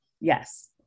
Yes